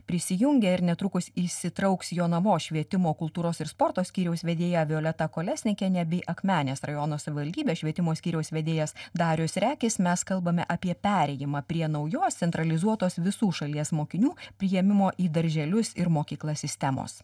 prisijungė ir netrukus įsitrauks jonavos švietimo kultūros ir sporto skyriaus vedėja violeta kolesnikienė bei akmenės rajono savivaldybės švietimo skyriaus vedėjas darius rekis mes kalbame apie perėjimą prie naujos centralizuotos visų šalies mokinių priėmimo į darželius ir mokyklas sistemos